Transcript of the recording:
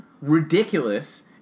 ridiculous